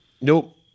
nope